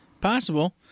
Possible